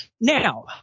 Now